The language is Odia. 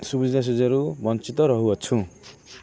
ସୁବିଧା ସୁଯୋଗରୁ ବଞ୍ଚିତ ରହୁଅଛୁ